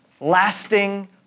lasting